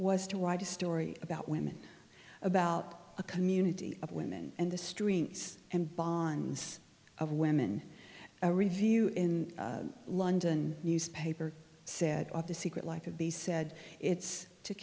was to write a story about women about a community of women and the streams and bonds of women a review in london newspaper said of the secret life of bees said it's to